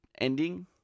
ending